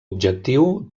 objectiu